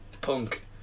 Punk